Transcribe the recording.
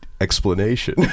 explanation